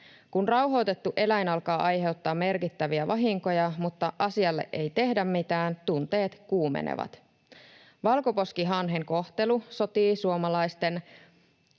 Kun rauhoitettu eläin alkaa aiheuttaa merkittäviä vahinkoja mutta asialle ei tehdä mitään, tunteet kuumenevat. Valkoposkihanhen kohtelu sotii suomalaisten